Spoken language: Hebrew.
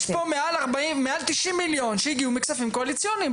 יש פה מעל 90 מיליון שהגיעו מכספים קואליציוניים.